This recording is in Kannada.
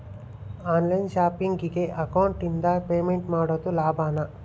ಆನ್ ಲೈನ್ ಶಾಪಿಂಗಿಗೆ ಅಕೌಂಟಿಂದ ಪೇಮೆಂಟ್ ಮಾಡೋದು ಲಾಭಾನ?